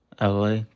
LA